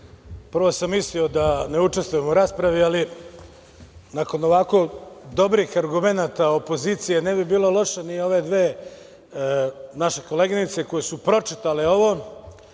sam mislio da ne učestvujem u raspravi nakon ovakvih dobrih argumenata opozicije ne bi bilo loše ni ove dve naše koleginice koje su pročitale ovo